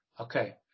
Okay